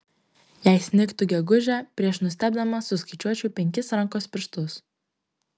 jei snigtų gegužę prieš nustebdamas suskaičiuočiau penkis rankos pirštus